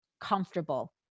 comfortable